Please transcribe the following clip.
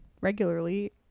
regularly